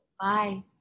Bye